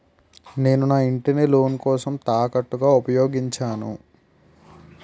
నేను నా ఇంటిని లోన్ కోసం తాకట్టుగా ఉపయోగించాను